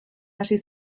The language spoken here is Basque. hasi